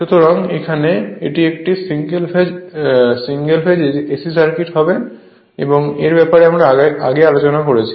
সুতরাং এখানে এটি একটি সিঙ্গেল ফেজ AC সার্কিট এর ব্যপারে আমরা আগেই আলোচনা করেছি